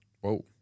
Whoa